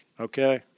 okay